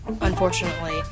unfortunately